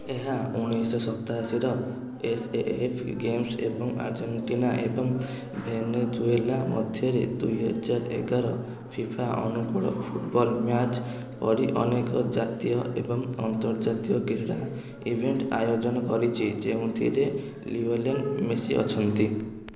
ଏହା ଉଣେଇଶହ ସତାଅଶୀର ଏସ୍ ଏ ଏଫ୍ ଗେମ୍ସ ଏବଂ ଆର୍ଜେଣ୍ଟିନା ଏବଂ ଭେନେଜୁଏଲା ମଧ୍ୟରେ ଦୁଇହଜାର ଏଗାର ଫିଫା ଅନୁକୂଳ ଫୁଟବଲ ମ୍ୟାଚ୍ ପରି ଅନେକ ଜାତୀୟ ଏବଂ ଅନ୍ତର୍ଜାତୀୟ କ୍ରୀଡ଼ା ଇଭେଣ୍ଟ ଆୟୋଜନ କରିଛି ଯେଉଁଥିରେ ଲିଓଲିଅନ ମେସି ଅଛନ୍ତି